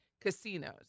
casinos